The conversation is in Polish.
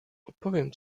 opowiem